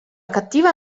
cattiva